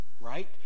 right